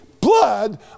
blood